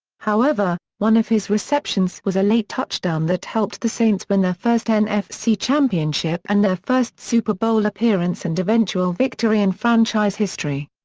however, one of his receptions was a late touchdown that helped the saints win their first nfc championship and their first super bowl appearance and eventual victory in franchise history.